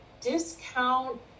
discount